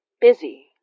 busy